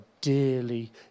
dearly